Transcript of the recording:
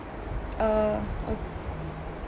uh oh